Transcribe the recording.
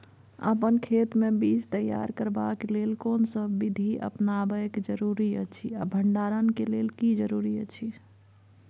अपन खेत मे बीज तैयार करबाक के लेल कोनसब बीधी अपनाबैक जरूरी अछि आ भंडारण के लेल की जरूरी अछि?